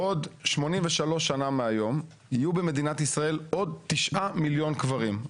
בעוד 83 שנים מהיום יהיו במדינת ישראל עוד 9 מיליון קברים.